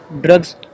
drugs